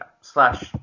slash